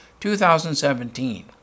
2017